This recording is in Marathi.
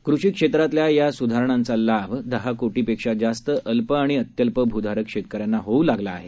कृषी क्षेत्रातल्या या सुधारणांचा लाभ दहा कोटीपेक्षा जास्त अल्प आणि अत्यल्प भूधारक शेतकऱ्यांना होऊ लागला आहे